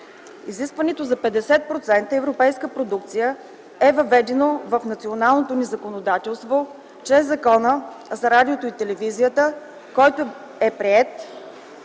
Изискването за 50% европейска продукция е въведено в националното ни законодателство чрез Закона за радиото и телевизията, който е приет